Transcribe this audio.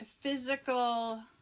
physical